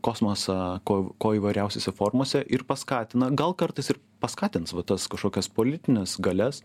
kosmosą ko ko įvairiausiose formose ir paskatina gal kartais ir paskatins va tas kažkokias politines galias